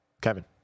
kevin